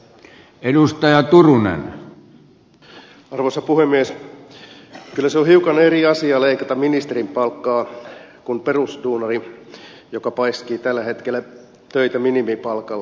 kyllä se on hiukan eri asia leikata ministerin palkkaa kuin perusduunarin joka paiskii tällä hetkellä töitä minimipalkalla